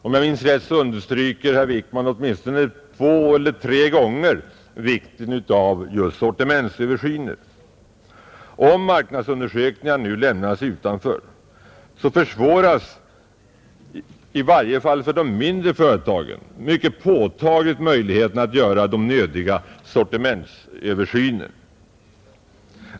Om jag minns rätt understryker herr Wickman åtminstone två eller tre gånger vikten av just sortimentsöversyner. Om marknadsundersökningar nu lämnas utanför, försvåras i varje fall för de mindre företagen mycket påtagligt möjligheterna att göra de nödvändiga sortimentsöversynerna.